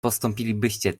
postąpilibyście